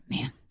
Man